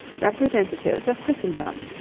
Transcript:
representatives of christendom.